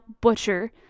butcher